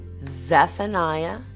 Zephaniah